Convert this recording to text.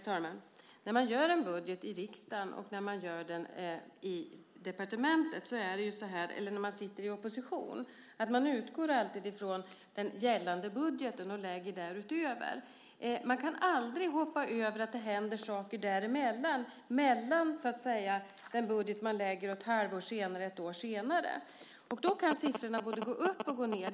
Herr talman! När man gör en budget då man sitter i opposition och när man gör en budget i departementet utgår man alltid från gällande budget och lägger därutöver. Man kan aldrig hoppa över att saker händer däremellan, mellan den budget man lägger och ett halvår eller ett år senare. Siffrorna kan gå både uppåt och nedåt.